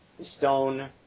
Stone